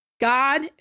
God